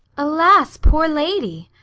alas, poor lady!